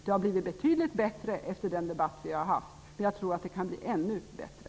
Det har blivit betydligt bättre efter den debatt vi har fört, men jag tror att det kan bli ännu bättre.